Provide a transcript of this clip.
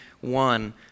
one